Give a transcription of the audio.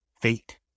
Fate